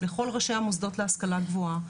לכל ראשי המוסדות להשכלה גבוהה.